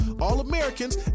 All-Americans